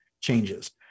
changes